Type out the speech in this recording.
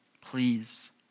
please